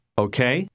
okay